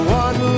one